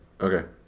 Okay